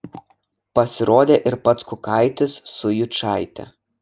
pasirodė ir pats kukaitis su jučaite